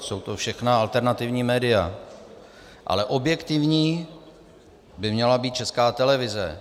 Jsou to všechna alternativní média, ale objektivní by měla být Česká televize.